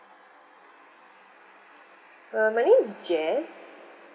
uh my name is jess